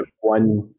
one